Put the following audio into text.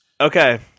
Okay